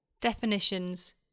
Definitions